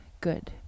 good